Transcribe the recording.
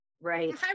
Right